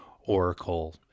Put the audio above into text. oracle